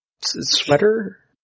Sweater